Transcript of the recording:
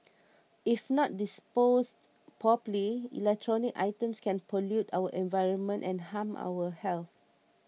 if not disposed properly electronic items can pollute our environment and harm our health